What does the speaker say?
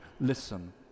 listen